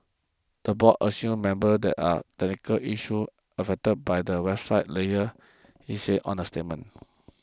the board assures members that the technical issues of affected by the website layer it said on a statement